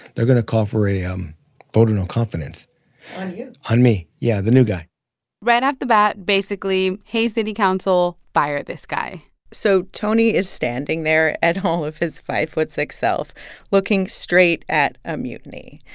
they're going to call for a um vote of no confidence on you? on me, yeah the new guy right off the bat, basically, hey, city council, fire this guy so tony is standing there at home with his five foot six self looking straight at a mutiny.